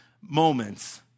moments